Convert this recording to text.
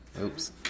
Oops